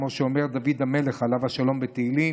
כמו שאמר דוד המלך עליו השלום בתהילים: